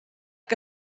que